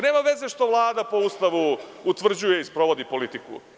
Nema veze što Vlada po Ustavu utvrđuje i sprovodi politiku.